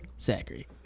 Zachary